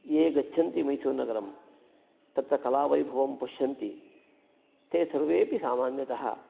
ये गच्छन्ति मैसूर्नगरं तत्र कलावैभवं पश्यन्ति ते सर्वेपि सामान्यतः